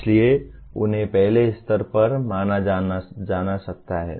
इसलिए उन्हें पहले स्तर पर माना जा सकता है